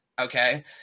Okay